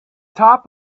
top